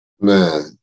Man